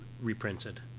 reprinted